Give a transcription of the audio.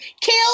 Kill